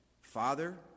Father